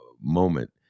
moment